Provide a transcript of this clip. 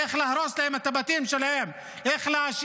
איך להרוס להם את הבתים שלהם,